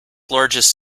largest